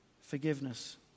forgiveness